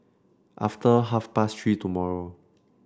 after half past Three tomorrow